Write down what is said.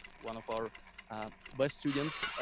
one of our best students,